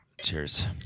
Cheers